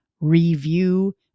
review